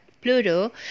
Pluto